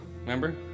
Remember